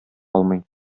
алмый